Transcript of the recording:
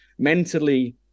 Mentally